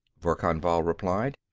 verkan vall replied.